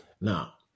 Now